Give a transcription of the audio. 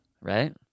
Right